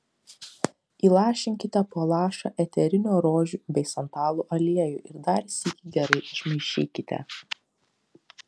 įlašinkite po lašą eterinio rožių bei santalų aliejų ir dar sykį gerai išmaišykite